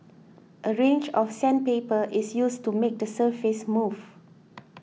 a range of sandpaper is used to make the surface smooth